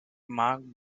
marked